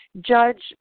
judge